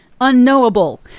unknowable